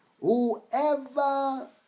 Whoever